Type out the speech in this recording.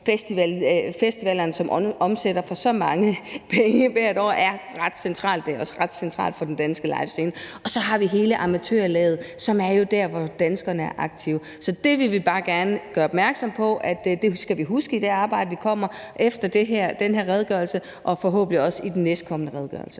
festivalerne, som omsætter for så mange penge hvert år; det er ret centralt. Det er også ret centralt for den danske livescene. Og så har vi hele amatørlaget, som jo er der, hvor danskerne er aktive. Så det vil vi bare gerne gøre opmærksom på, altså at det skal vi huske i det arbejde, der kommer efter den her redegørelse, og forhåbentlig også i den næstkommende redegørelse.